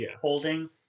holding